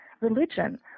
religion